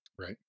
right